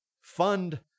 fund